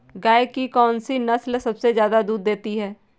गाय की कौनसी नस्ल सबसे ज्यादा दूध देती है?